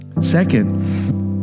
Second